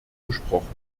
gesprochen